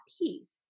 peace